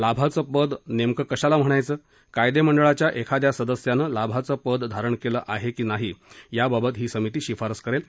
लाभाचं पद नेमकं कशाला म्हणायचं कायदेमंडळाच्या एखाद्या सदस्यानं लाभाचं पद धारण केलं आहे ही नाही याबाबत ही समिती शिफारस करेल